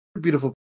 beautiful